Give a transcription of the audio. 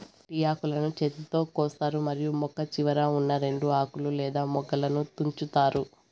tea ఆకులను చేతితో కోస్తారు మరియు మొక్క చివరన ఉన్నా రెండు ఆకులు లేదా మొగ్గలను తుంచుతారు